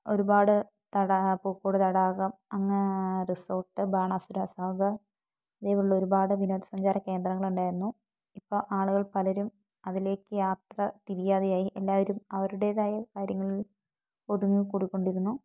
ഒരുപാട് തടാകവും പൂക്കോട് തടാകം അങ്ങ് റിസോർട്ട് ബാണാസുരസാഗർ ഇതേപോലുള്ള ഒരുപാട് വിനോദ സഞ്ചാര കേന്ദ്രങ്ങൾ ഉണ്ടായിരുന്നു ഇപ്പോൾ ആളുകൾ പലരും അതിലേയ്ക്ക് യാത്ര തിരിയാതെയായി എല്ലാവരും അവരുടേതായ കാര്യങ്ങളിൽ ഒതുങ്ങിക്കൂടിക്കൊണ്ടിരുന്നു